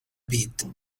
pit